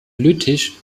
lüttich